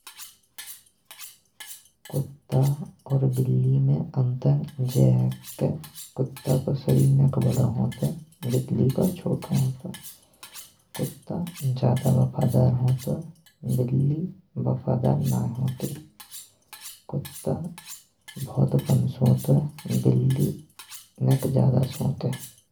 कुत्ता और बिल्ली में अंतर जे है कि कुत्ता का सरीर निक बड़ो होतेंयो, बिल्ली को छोटो होतेंयो। कुत्ता ज्यादा बफ़ादार होतेंयो, बिल्ली नये होंतेइन। कुत्ता बहुत कम सोयतेंयो, बिल्ली निक ज्यादा सोयतेंये।